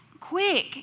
quick